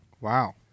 Wow